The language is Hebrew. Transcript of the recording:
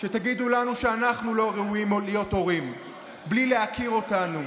שתגידו לנו שאנחנו לא ראויים להיות הורים בלי להכיר אותנו?